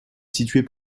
située